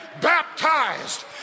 baptized